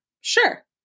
Sure